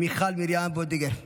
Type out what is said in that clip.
מיכל מרים וולדיגר.